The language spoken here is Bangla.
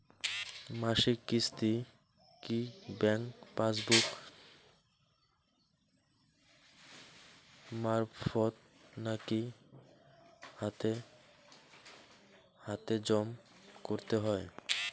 মাসিক কিস্তি কি ব্যাংক পাসবুক মারফত নাকি হাতে হাতেজম করতে হয়?